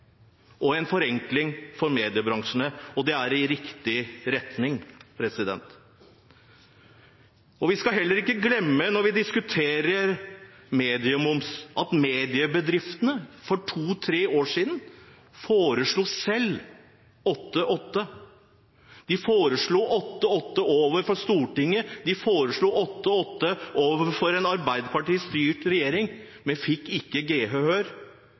og en forenkling for mediebransjen, og det går i riktig retning. Vi skal heller ikke glemme når vi diskuterer mediemoms, at mediebedriftene for to–tre år siden selv foreslo 8–8. De foreslo 8–8 overfor Stortinget, og de foreslo 8–8 overfor en arbeiderpartistyrt regjering, men fikk ikke